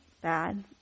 bad